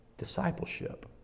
discipleship